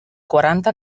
quaranta